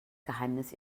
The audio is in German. geheimnis